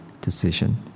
decision